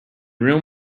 room